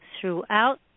throughout